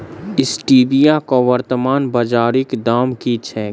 Stevia केँ वर्तमान बाजारीक दाम की छैक?